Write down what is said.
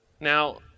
Now